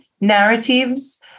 narratives